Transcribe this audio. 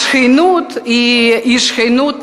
השכנות היא שכנות,